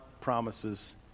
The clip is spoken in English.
promises